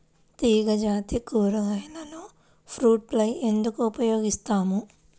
తీగజాతి కూరగాయలలో fruit fly ఎందుకు ఉపయోగిస్తాము?